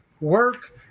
work